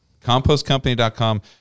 Compostcompany.com